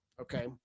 Okay